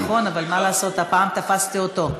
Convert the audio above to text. נכון, אבל מה לעשות, הפעם תפסתי אותו.